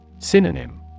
Synonym